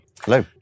Hello